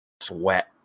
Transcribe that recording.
sweat